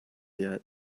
yet